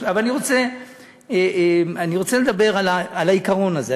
אני רוצה לדבר על העיקרון הזה.